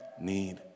need